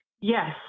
Yes